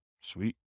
Sweet